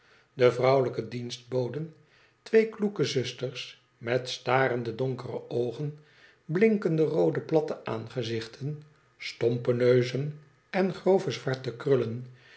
de vrouwelijke dienstboden twee kloeke zusters met starende donkere oogen blinkende roode platte aangezichten stompe neuzen en grove zwarte krullen